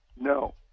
No